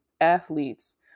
athletes